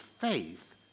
faith